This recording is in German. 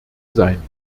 sein